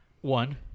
one